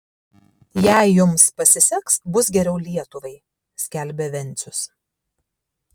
jei jums pasiseks bus geriau lietuvai skelbė vencius